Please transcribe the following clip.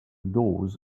doors